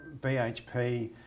BHP